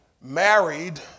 married